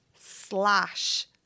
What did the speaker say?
slash